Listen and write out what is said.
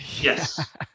yes